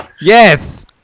Yes